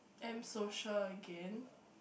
M Social again